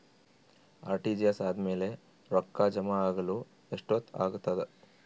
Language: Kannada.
ಆರ್.ಟಿ.ಜಿ.ಎಸ್ ಆದ್ಮೇಲೆ ರೊಕ್ಕ ಜಮಾ ಆಗಲು ಎಷ್ಟೊತ್ ಆಗತದ?